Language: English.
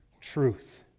truth